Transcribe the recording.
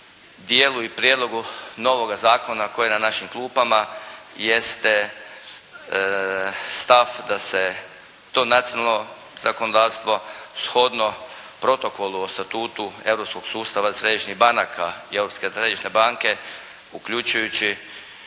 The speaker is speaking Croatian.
dijelu i prijedlogu novoga Zakona koji je na našim klupama jeste stav da se to nacionalno zakonodavstvo shodno Protokolu o Statutu europskog sustava središnjih banaka i Europske središnje banke uključujući